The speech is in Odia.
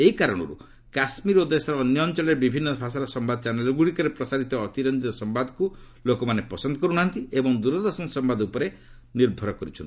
ଏହି କାରଣରୁ କାଶ୍ମୀର ଓ ଦେଶର ଅନ୍ୟ ଅଞ୍ଚଳରେ ବିଭିନ୍ନ ଭାଷାର ସମ୍ବାଦ ଚ୍ୟାନେଲ୍ଗୁଡ଼ିକରେ ପ୍ରସାରିତ ଅତିରଞ୍ଜିତ ସମ୍ବାଦକୁ ଲୋକମାନେ ପସନ୍ଦ କରୁନାହାନ୍ତି ଏବଂ ଦୂରଦର୍ଶନ ସମ୍ଭାଦ ଉପରେ ନିର୍ଭର କରୁଛନ୍ତି